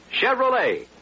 Chevrolet